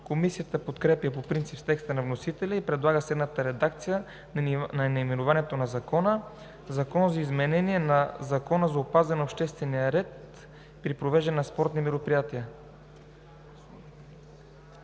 Комисията подкрепя по принцип текста на вносителя и предлага следната редакция на наименованието на закона: „Закон за изменение на Закона за опазване на обществения ред при провеждането на спортни мероприятия“.